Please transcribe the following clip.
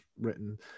written